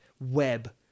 web